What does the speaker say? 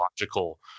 logical